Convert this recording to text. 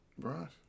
right